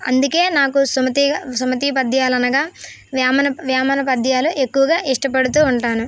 అందుకే నాకు సుమతి సుమతీ పద్యాలు అనగా వేమన వేమన పద్యాలు ఎక్కువగా ఇష్టపడుతూ ఉంటాను